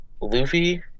Luffy